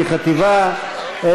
כחטיבה.